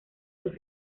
los